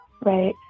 right